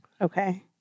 Okay